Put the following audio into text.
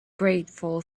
grateful